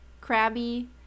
crabby